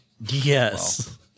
yes